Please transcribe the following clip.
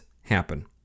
happen